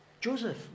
Joseph